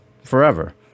forever